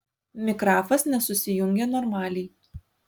mikrafas nesusijungė normaliai